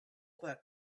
that